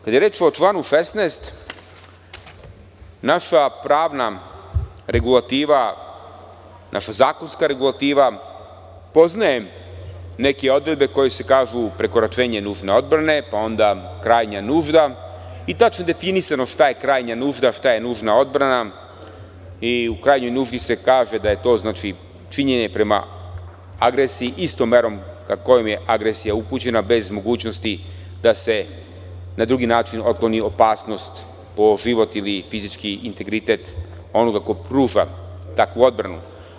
Kada je reč o članu 16, naša pravna regulativa, naša zakonska regulativa poznaje neke odredbe koje kažu – prekoračenje nužne odbrane, pa onda – krajnja nužda i tačno je definisano šta je krajnja nužda a šta je nužna odbrana i u krajnjoj nuždi se kaže da je to činjenje prema agresiji istom merom kojom je agresija upućena, bez mogućnosti da se na drugi način otkloni opasnost po život ili fizički integritet onoga ko pruža takvu odbranu.